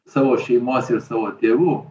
savo šeimos ir savo tėvų